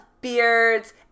beards